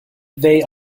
they